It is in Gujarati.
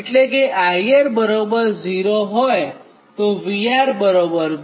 એટલે કે IR 0 તો VRVRNL